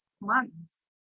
months